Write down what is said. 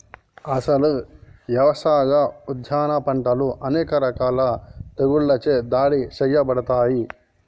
అసలు యవసాయ, ఉద్యాన పంటలు అనేక రకాల తెగుళ్ళచే దాడి సేయబడతాయి